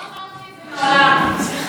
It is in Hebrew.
זו הכותרת בידיעות אחרונות.